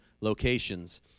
locations